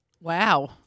wow